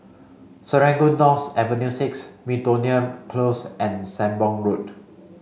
Serangoon North Avenue six Miltonia Close and Sembong Road